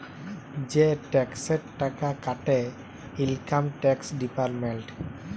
যে টেকসের টাকা কাটে ইলকাম টেকস ডিপার্টমেল্ট